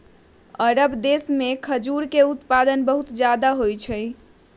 अरब देश में खजूर के उत्पादन बहुत ज्यादा होबा हई